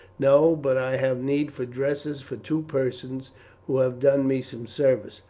no, but i have need for dresses for two persons who have done me some service.